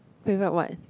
favourite what